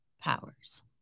powers